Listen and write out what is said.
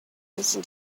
listen